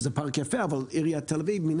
שהוא פארק יפה אבל עיריית תל אביב מן